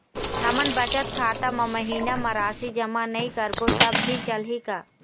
हमन बचत खाता मा महीना मा राशि जमा नई करबो तब भी चलही का?